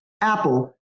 Apple